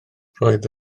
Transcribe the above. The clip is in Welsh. roedd